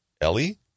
Ellie